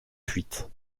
fuite